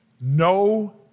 no